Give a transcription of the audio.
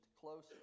close